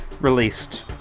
released